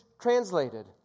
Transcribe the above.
translated